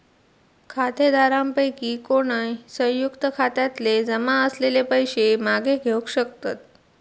खातेधारकांपैकी कोणय, संयुक्त खात्यातले जमा असलेले पैशे मागे घेवक शकतत